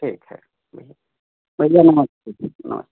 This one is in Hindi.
ठीक है भैया नमस्ते नमस्ते